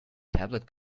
tablet